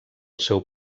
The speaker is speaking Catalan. seu